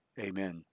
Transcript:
Amen